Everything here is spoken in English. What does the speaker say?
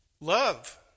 love